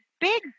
big